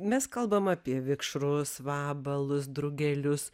mes kalbam apie vikšrus vabalus drugelius